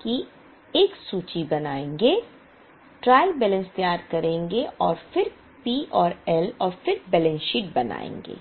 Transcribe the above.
की एक सूची बनाएंगे ट्रायल बैलेंस तैयार करेंगे और फिर पी और एल और फिर बैलेंस शीट बनाएंगे